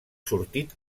sortit